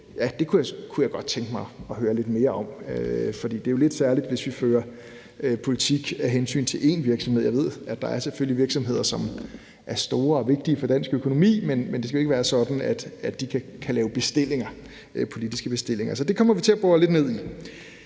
Det kunne jeg godt tænke mig at høre lidt mere om, for det er jo lidt særligt, hvis vi fører politik af hensyn til én virksomhed. Jeg ved, at der selvfølgelig er virksomheder, som er store og vigtige for dansk økonomi, men det skal jo ikke være sådan, at de kan lave politiske bestillinger. Så det kommer vi til at bore lidt ned i.